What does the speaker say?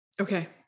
Okay